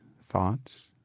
thoughts